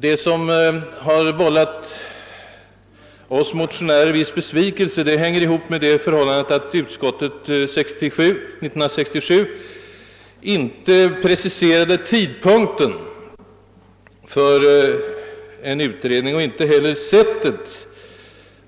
Det som vållat oss motionärer en viss besvikelse är att utskottet år 1967 inte preciserade tidpunkten för en utredning och inte heller sättet